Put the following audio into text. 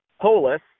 Polis